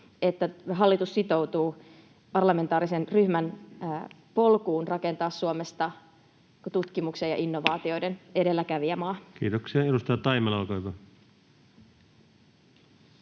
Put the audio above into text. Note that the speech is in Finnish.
että hallitus sitoutuu parlamentaarisen ryhmän polkuun rakentaa Suomesta tutkimuksen ja innovaatioiden edelläkävijämaa? Kiitoksia. — Edustaja Taimela, olkaa hyvä.